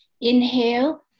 inhale